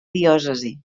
diòcesi